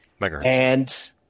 Megahertz